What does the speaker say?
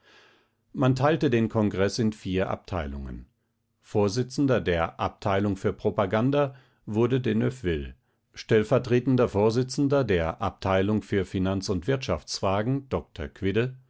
man teilte den kongreß in vier abteilungen vorsitzender der abteilung für propaganda wurde de neufville stellvertretender vorsitzender der abteilung für finanz und wirtschaftsfragen dr quidde